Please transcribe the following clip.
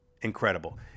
Incredible